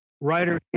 writer